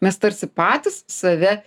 mes tarsi patys save